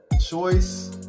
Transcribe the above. Choice